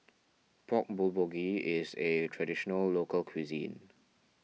Pork Bulgogi is a Traditional Local Cuisine